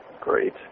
Great